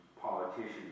politicians